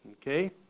Okay